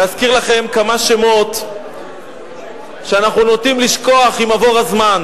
אני רוצה להזכיר לכם כמה שמות שאנחנו נוטים לשכוח עם עבור הזמן: